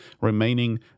remaining